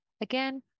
Again